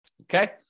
Okay